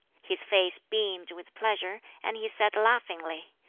his face beamed with pleasure, and he said laughingly,